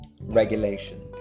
Regulation